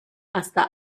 hasta